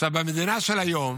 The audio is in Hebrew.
עכשיו, במדינה של היום